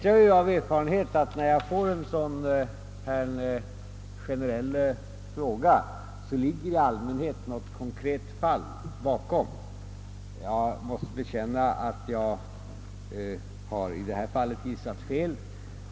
Jag vet av erfarenhet att det när jag får en generell fråga som denna ligger i allmänhet något konkret fall bakom. Jag måste bekänna att jag i detta fall har gissat fel.